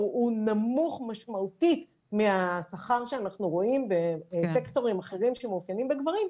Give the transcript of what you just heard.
הוא נמוך משמעותית מהשכר שאנחנו רואים בסקטורים אחרים שמאופיינים בגברים,